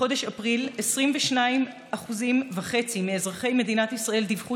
בחודש אפריל 22.5% מאזרחי ישראל דיווחו